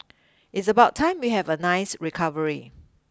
it's about time we have a nice recovery